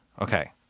Okay